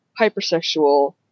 hypersexual